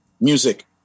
music